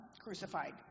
crucified